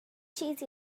cheese